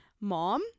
mom